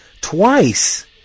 twice